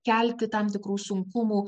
kelti tam tikrų sunkumų